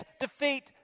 defeat